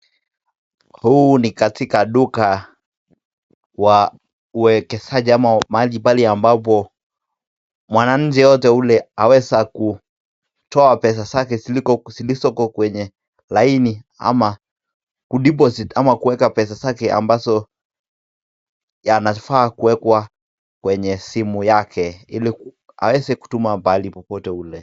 Huu ni katika duka wa uwekezaji ama mahali pale ambapo mwananchi yeyote ule aweza kutoa pesa zake zilizoko kwenye laini ama kudeposit ama kueka pesa zake ambazo, yanafaa kuekwa kwenye simu yake ili aweze kutuma pahali popote ule.